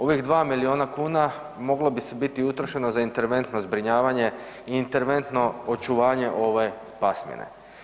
Ovih 2 milijuna kuna moglo bi se biti i utrošeno za interventno zbrinjavanje i interventno očuvanje ove pasmine.